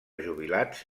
jubilats